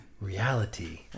reality